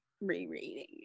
rereading